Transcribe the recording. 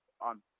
on